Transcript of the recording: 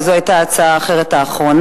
זו היתה ההצעה האחרת האחרונה.